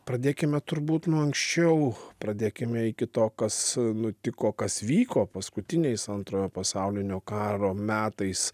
pradėkime turbūt nuo anksčiau pradėkime iki to kas nutiko kas vyko paskutiniais antrojo pasaulinio karo metais